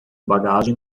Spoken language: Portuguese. bagagem